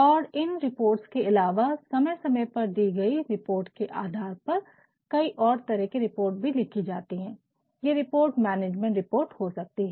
और इन रिपोर्ट्स के अलावा समय समय पर दी गयी रिपोर्ट के आधार पर कई और तरह के रिपोर्ट भी लिखी जाती है ये रिपोर्ट मैनेजमेंट रिपोर्ट हो सकती है